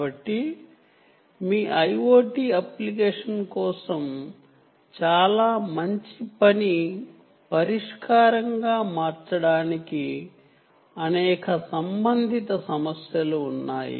కాబట్టి మీ IoT application కోసం చాలా మంచి వర్కింగ్ సొల్యూషన్ గా మార్చడానికి అనేక సంబంధిత సమస్య లు ఉన్నాయి